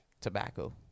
tobacco